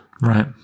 Right